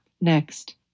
Next